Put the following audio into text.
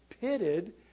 pitted